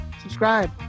Subscribe